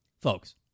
Folks